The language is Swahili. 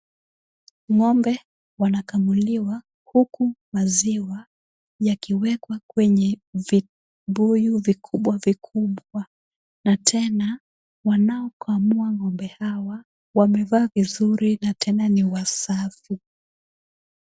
Ng'ombe wanakamuliwa huku maziwa yakiwekwa kwenye vibuyu vikubwa vikubwa na tena wanao kamua ng'ombe hawa wamevaa vizuri na tena ni wasafi.